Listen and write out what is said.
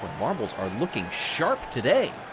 marbles are looking sharp today.